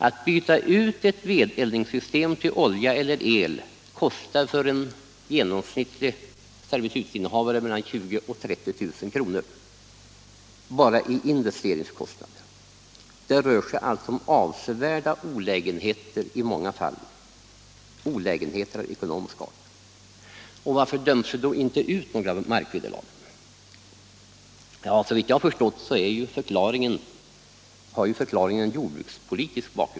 Att byta ut ett vedeldningssystem till olja eller el kostar för den genomsnittlige servitutsinnehavaren mellan 20 000 och 30 000 kr. bara i investeringskostnad. Det rör sig alltså i många fall om avsevärda ekonomiska olägenheter. Varför döms det då inte ut några markvederlag? Såvitt jag förstår är förklaringen jordbrukspolitisk.